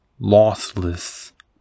lossless